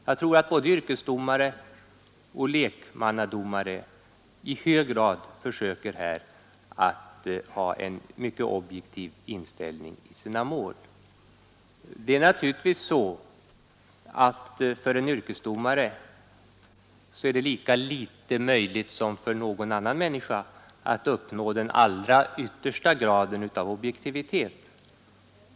Jag tror att både yrkesdomare och lekmannadomare i hög grad strävar efter att ha en objektiv inställning i sina mål. Det är naturligtvis för en yrkesdomare lika litet som för någon annan människa möjligt att nå den yttersta graden av objektivitet.